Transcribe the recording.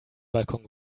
balkon